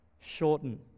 shorten